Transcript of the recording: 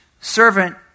servant